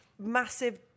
massive